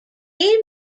game